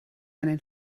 einen